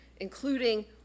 including